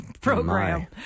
program